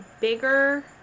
bigger